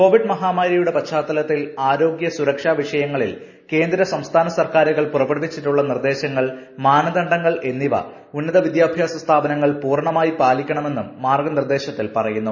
Covid മഹാമാരിയുടെ പശ്ചാത്തുലത്തിൽ ആരോഗ്യ സുരക്ഷാ വിഷയങ്ങളിൽ കേന്ദ്ര സ്ംസ്ഥാന സർക്കാരുകൾ പുറപ്പെടുവിച്ചിട്ടുള്ള നിർദേശങ്ങൾ മാനദണ്ഡങ്ങൾ എന്നിവ ഉന്നത വിദ്യാഭ്യാസ സ്ഥാപനങ്ങൾ പൂർണമായി പാലിക്കണമെന്നും മാർഗ്ഗ നിർദ്ദേശത്തിൽ പറയുന്നു